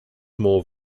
more